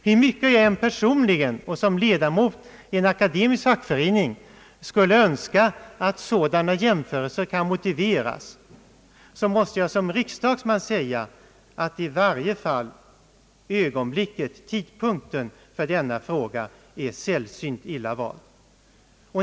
Hur mycket jag än personligen och som ledamot i en akademisk fackförening skulle önska att sådana jämförelser kan motiveras, så måste jag som riksdagsman säga att i varje fall tidpunkten för väckande av denna fråga är sällsynt illa vald.